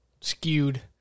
skewed